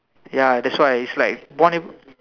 ya that's why is like one able